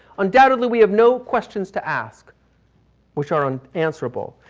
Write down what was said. undoubtedly we have no questions to ask which are unanswerable.